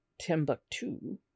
Timbuktu